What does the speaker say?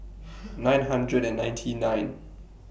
nine hundred and nineteen nine